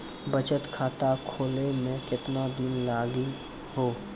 बचत खाता खोले मे केतना दिन लागि हो?